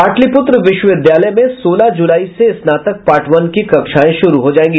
पाटलिपुत्र विश्वविद्यालय में सोलह जुलाई से स्नातक पार्ट वन की कक्षायें शुरू हो जायेंगी